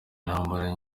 intambara